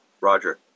Roger